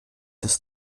des